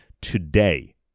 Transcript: today